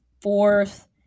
fourth